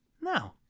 No